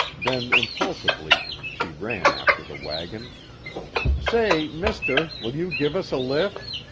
then impulsively she ran after the wagon say, mister, will you give us a lift?